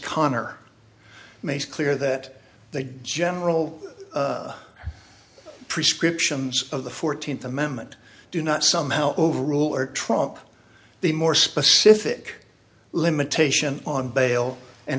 connor makes clear that the general prescriptions of the fourteenth amendment do not somehow overrule or trump the more specific limitation on bail and